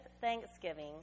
thanksgiving